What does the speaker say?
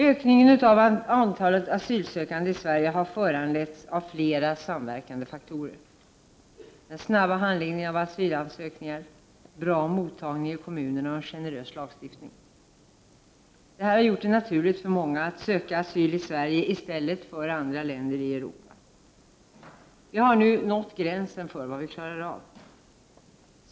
Ökningen av antalet asylsökande i Sverige har föranletts av flera samverkande faktorer: den snabba handläggningen av asylansökningar, bra mottagning i kommunerna och en generös lagstiftning. Detta har gjort det naturligt för många att söka asyl i Sverige i stället för i andra länder i Europa. Vi har nu nått gränsen för vad vi klarar av.